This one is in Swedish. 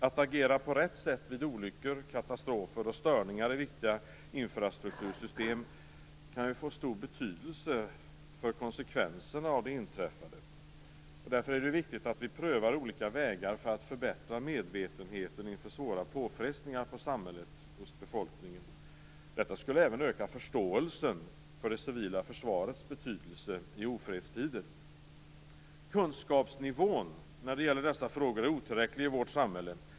Att agera på rätt sätt vid olyckor, katastrofer och störningar i viktiga infrastruktursystem kan få stor betydelse för konsekvenserna av det inträffade. Det är därför viktigt att vi prövar olika vägar för att förbättra befolkningens medvetenhet inför svåra påfrestningar på samhället. Detta skulle även öka förståelsen för det civila försvarets betydelse i ofredstider. Kunskapsnivån när det gäller dessa frågor är otillräcklig i vårt samhälle.